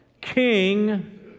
King